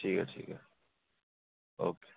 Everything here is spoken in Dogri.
ठीक ऐ ओके